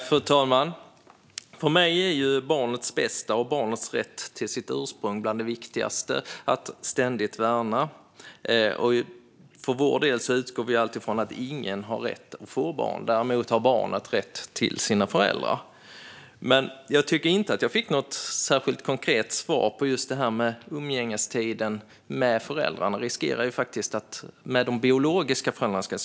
Fru talman! För mig är barnets bästa och barnets rätt till sitt ursprung bland det viktigaste att ständigt värna. För vår del utgår vi alltid från att ingen har rätt att få barn. Däremot har barnet rätt till sina föräldrar. Men jag tycker inte att jag fick något särskilt konkret svar på det här med umgängestiden med de biologiska föräldrarna.